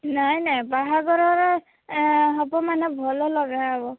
ନାଇ ନାଇଁ ବାହାଘରର ହବ ମାନେ ଭଲ ଲଗା ହବ